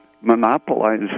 monopolize